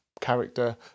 character